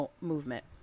movement